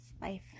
life